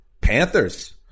Panthers